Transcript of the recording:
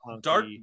Dark